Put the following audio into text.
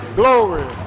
glory